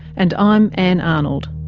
and i'm ann arnold